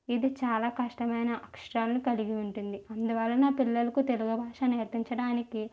ఇది చాలా కష్టమైన అక్షరాలను కలిగి ఉంటుంది ఇందువలన పిల్లలకు తెలుగు భాష నేర్పించడానికి